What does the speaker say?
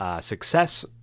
success